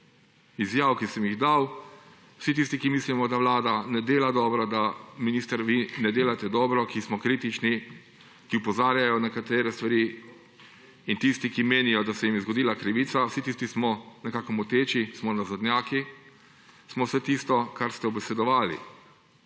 izjav, ki sem jih dal, vsi tisti, ki mislimo, da vlada ne dela dobro, da, minister, vi ne delate dobro, ki smo kritični, ki opozarjajo na nekatere stvari, in tisti, ki menijo, da se jim je zgodila krivica, vsi tisti smo nekako moteči, smo nazadnjaki, smo vse tisto, kar ste ubesedovali.